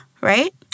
right